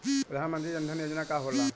प्रधानमंत्री जन धन योजना का होला?